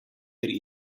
pri